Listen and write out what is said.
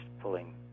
pulling